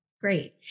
Great